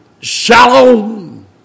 Shalom